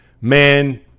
man